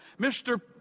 Mr